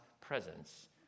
presence